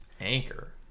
Anchor